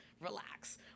relax